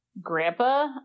grandpa